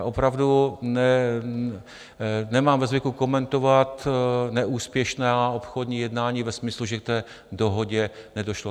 Opravdu nemám ve zvyku komentovat neúspěšná obchodní jednání ve smyslu, že k té dohodě nedošlo.